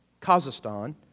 Kazakhstan